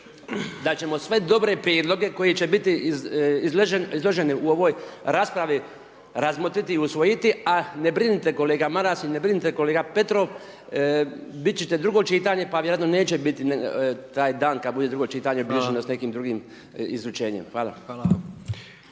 da ćemo sve dobre prijedloge koje će biti izloženi u ovoj raspravi, razmotriti i usvojiti, a ne brinite kolega Maras i ne brinite kolega Petrov, biti će drugo čitanje, pa vjerojatno neće biti taj dan kada bude drugo čitanje …/Govornik se ne razumije./… s nekim drugim izručenjem. Hvala.